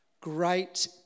Great